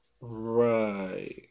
Right